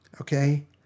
Okay